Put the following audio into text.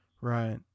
right